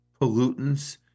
pollutants